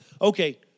okay